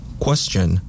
Question